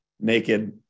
naked